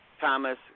Thomas